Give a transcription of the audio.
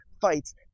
Fights